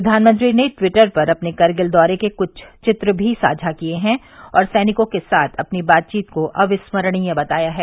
प्रधानमंत्री ने ट्विटर पर अपने करगिल दौरे के कुछ चित्र भी साझा किए हैं और सैनिकों के साथ अपनी बातचीत को अविस्मरणीय बताया है